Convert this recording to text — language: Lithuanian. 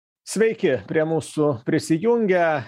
sveiki prie mūsų prisijungia